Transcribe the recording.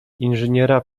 inżyniera